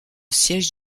siège